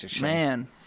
Man